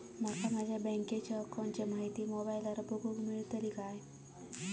माका माझ्या बँकेच्या अकाऊंटची माहिती मोबाईलार बगुक मेळतली काय?